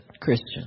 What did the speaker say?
Christian